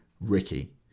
Ricky